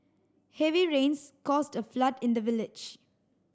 heavy rains caused a flood in the village